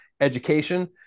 education